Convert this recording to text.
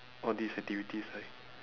all these activities right